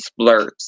splurts